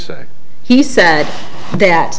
say he said that